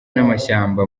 n’amashyamba